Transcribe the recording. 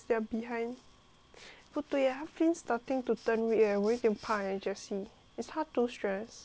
不对呀它 fins starting to turn red eh 我有一点怕 eh jessie is 它 too stress